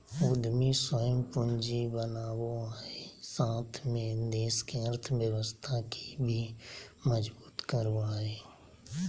उद्यमी स्वयं पूंजी बनावो हइ साथ में देश के अर्थव्यवस्था के भी मजबूत करो हइ